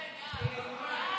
יוראי,